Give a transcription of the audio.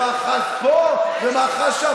מאחז פה ומאחז שם.